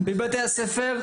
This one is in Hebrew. בבתי-הספר.